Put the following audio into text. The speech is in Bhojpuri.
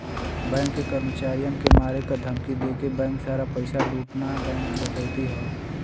बैंक के कर्मचारियन के मारे क धमकी देके बैंक सारा पइसा लूटना बैंक डकैती हौ